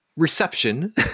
reception